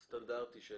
סטנדרטי,